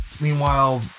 meanwhile